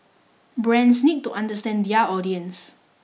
brands need to understand their audience